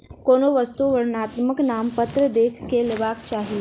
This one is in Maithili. कोनो वस्तु वर्णनात्मक नामपत्र देख के लेबाक चाही